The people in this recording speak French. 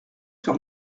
sur